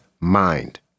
mind